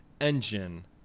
engine